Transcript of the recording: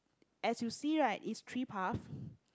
as you see right is three path